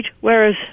whereas